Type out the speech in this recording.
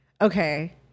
okay